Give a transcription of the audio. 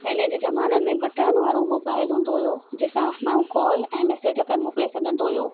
पहिरीं जे ज़माने में बटणनि वरो मोबाइल हूंदो हुयो जंहिंसा माण्हू कॉल ऐं मैसेज मोकिले सघंदो हुयो